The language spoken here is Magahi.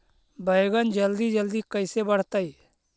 बैगन जल्दी जल्दी कैसे बढ़तै?